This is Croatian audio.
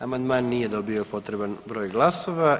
Amandman nije dobio potreban broj glasova.